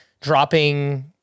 dropping